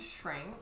shrink